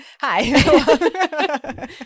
Hi